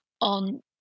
on